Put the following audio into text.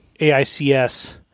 AICS